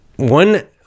One